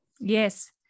Yes